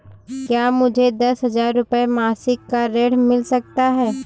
क्या मुझे दस हजार रुपये मासिक का ऋण मिल सकता है?